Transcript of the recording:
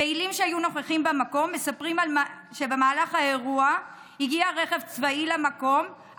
פעילים שהיו נוכחים במקום מספרים שבמהלך האירוע הגיע רכב צבאי למקום,